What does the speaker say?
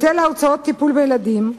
היטל הוצאות טיפול בילדים,